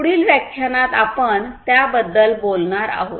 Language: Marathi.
पुढील व्याख्यानात आपण त्याबद्दल बोलणार आहोत